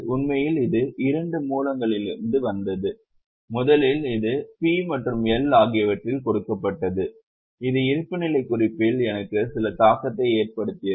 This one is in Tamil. உண்மையில் இது 2 மூலங்களிலிருந்து வந்தது முதலில் இது P மற்றும் L ஆகியவற்றில் கொடுக்கப்பட்டது இது இருப்புநிலைக் குறிப்பில் எனக்கு சில தாக்கத்தை ஏற்படுத்தியது